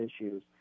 issues